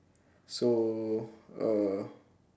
so err